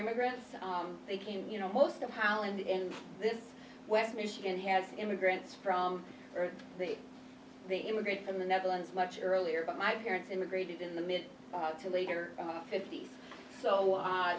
immigrants they came you know most of holland in this west michigan has immigrants from the they immigrated from the netherlands much earlier but my parents immigrated in the mid to late or fifty's so